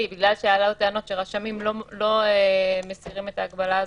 בגלל שעלו טענות שרשמים לא מסירים את ההגבלה הזאת,